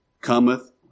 cometh